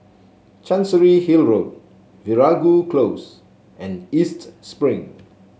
Chancery Hill Road Veeragoo Close and East Spring